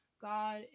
God